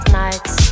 nights